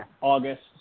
August